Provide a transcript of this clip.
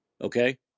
Okay